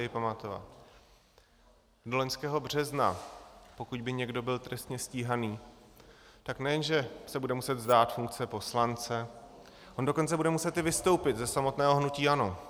Do loňského března, pokud by někdo byl trestně stíhaný, tak nejenže se bude muset vzdát funkce poslance, on dokonce bude muset vystoupit ze samotného hnutí ANO.